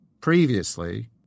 previously